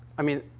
i mean,